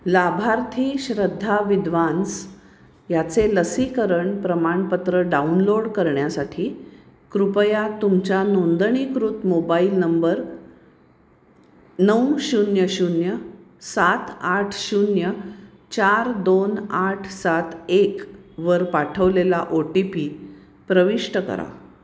लाभार्थी श्रद्धा विद्वांस याचे लसीकरण प्रमाणपत्र डाउनलोड करण्यासाठी कृपया तुमच्या नोंदणीकृत मोबाईल नंबर नऊ शून्य शून्य सात आठ शून्य चार दोन आठ सात एक वर पाठवलेला ओ टी पी प्रविष्ट करा